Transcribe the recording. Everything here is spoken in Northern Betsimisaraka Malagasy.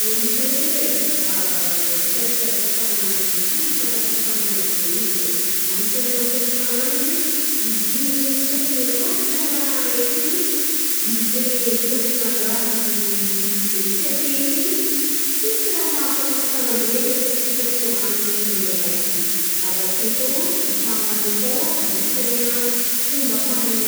Orita ndraiky edy e, hitantsika bôka tangananjy feno sampantsapany maro boegny de anisany mampiavka ananjy e, izy igny zegny izy ko fa mirafitra amin'ny raha raiky igny izy zegny koa leky nandraha mi- mifikitra akegny, tsisy raha maafakafaka ananjy eo kô tsy ef sitrapôn'anjy egny miela ke. Avake kô ny tagnany kôo agnisany fomba fahany